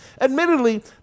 Admittedly